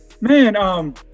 man